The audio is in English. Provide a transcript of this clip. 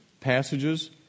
passages